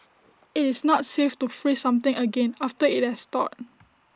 IT is not safe to freeze something again after IT has thawed